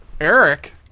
Eric